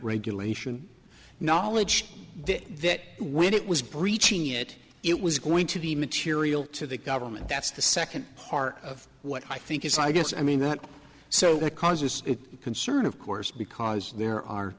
regulation knowledge that when it was breaching it it was going to be material to the government that's the second part of what i think is i guess i mean that so that causes concern of course because there are